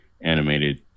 animated